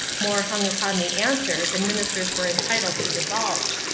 more hung upon the answer than ministers were entitled to divulge.